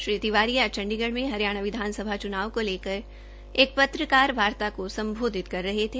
श्री तिवारी आज चंडीगढ़ में हरियाणा विधानसभा चुनाव को लेकर एक पत्रकार वार्ता को सम्बोधित कर रहे थे